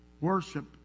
Worship